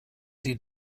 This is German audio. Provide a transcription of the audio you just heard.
sie